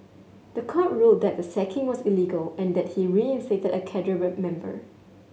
the court ruled that the sacking was illegal and that he was reinstated as a cadre member